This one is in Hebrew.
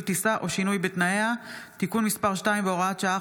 טיסה או שינוי בתנאיה) (תיקון מס' 2 והוראת שעה,